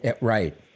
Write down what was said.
Right